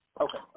okay